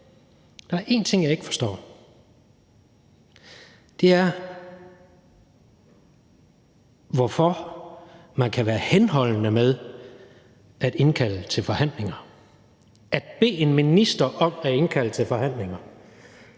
der er én ting, jeg ikke forstår, og det er, hvorfor man kan være henholdende med at indkalde til forhandlinger, at bede en minister om at indkalde til forhandlinger.